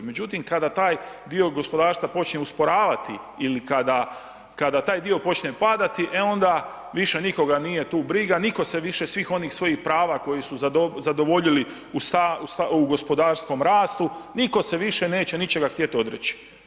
Međutim, kada taj dio gospodarstva počinje usporavati ili kada taj dio počne padati, e onda više nikoga nije tu briga, nitko se više svih onih svojih prava koje su zadovoljili u gospodarskom rastu, nitko se više neće ničega htjet odreći.